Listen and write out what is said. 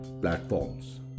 platforms